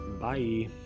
Bye